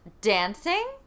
dancing